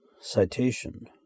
Citation